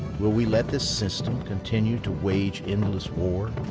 will we let this system continue to wage endless war?